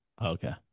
Okay